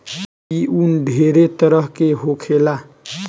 ई उन ढेरे तरह के होखेला